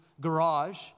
garage